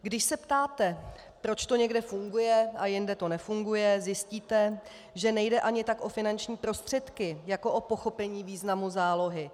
Když se ptáte, proč to někde funguje a jinde to nefunguje, zjistíte, že nejde ani tak o finanční prostředky jako o pochopení významu zálohy.